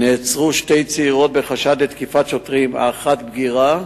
נעצרו שתי צעירות בחשד לתקיפת שוטרים, האחת בגירה